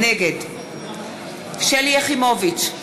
נגד שלי יחימוביץ,